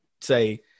say